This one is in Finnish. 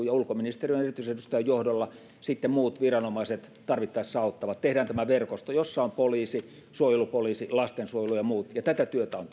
ja ulkoministerin erityisedustajan johdolla sitten muut viranomaiset tarvittaessa auttavat tehdään tämä verkosto jossa on poliisi suojelupoliisi lastensuojelu ja muut ja tätä työtä on